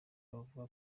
abavuga